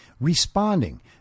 Responding